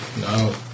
No